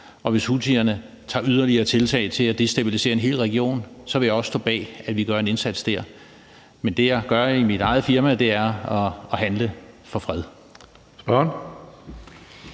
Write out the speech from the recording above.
Og hvis houthierne tager yderligere tiltag til at destabilisere en hel region, vil jeg også stå bag, at vi gør en indsats dér. Men det, jeg gør i mit eget firma, er at handle for fred.